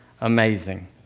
amazing